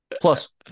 Plus